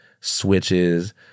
switches